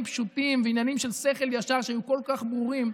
פשוטים ועניינים של שכל ישר שהם כל כך ברורים,